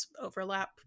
overlap